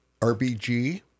RBG